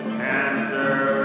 cancer